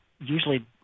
usually